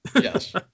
Yes